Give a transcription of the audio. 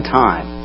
time